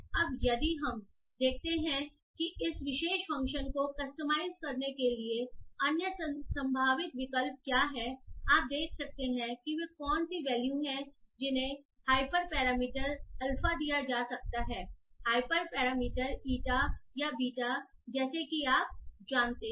अब यदि हम देखते हैं कि इस विशेष फ़ंक्शन को कस्टमाइज़ करने के लिए अन्य संभावित विकल्प क्या हैंआप देख सकते हैं कि वे कौन सी वैल्यू हैं जिन्हें हाइपर पैरामीटर अल्फा दिया जा सकता है हाइपर पैरामीटर ईटा या बीटा जैसा कि आप जानते हैं